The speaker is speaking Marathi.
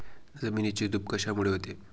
जमिनीची धूप कशामुळे होते?